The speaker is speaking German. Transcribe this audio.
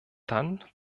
dann